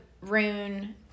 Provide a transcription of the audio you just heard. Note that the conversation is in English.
Rune